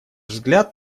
взгляд